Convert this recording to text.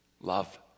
Love